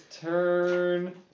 turn